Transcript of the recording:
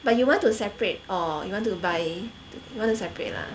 but you want to separate or you want to buy you want to separate lah